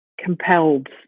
compelled